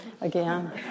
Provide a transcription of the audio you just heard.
again